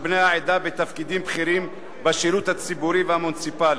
בני העדה בתפקידים בכירים בשירות הציבורי והמוניציפלי.